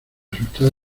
asustada